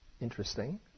interesting